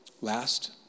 Last